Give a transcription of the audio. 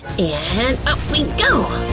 and up we go,